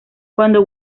cuando